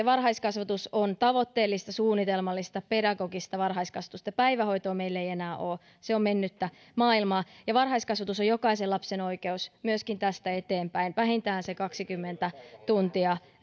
varhaiskasvatus on tavoitteellista suunnitelmallista pedagogista varhaiskasvatusta päivähoitoa meillä ei enää ole se on mennyttä maailmaa varhaiskasvatus on jokaisen lapsen oikeus myöskin tästä eteenpäin vähintään se kaksikymmentä tuntia